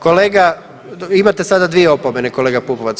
Kolega imate sada dvije opomene kolega Pupovac.